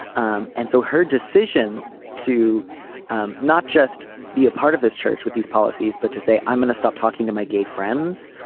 um and so her decision to um not just be a part of this church with these policies but to say i'm going to stop talking to my gay friends.